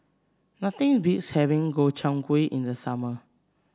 nothing beats having Gobchang Gui in the summer